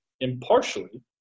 impartially